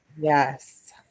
Yes